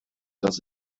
dass